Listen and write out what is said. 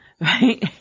right